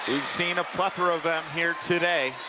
seen a plethora of them here today.